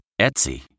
Etsy